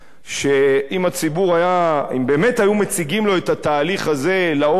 שאם באמת היו מציגים לציבור את התהליך הזה לעומק,